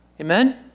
Amen